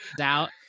out